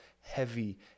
heavy